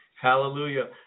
Hallelujah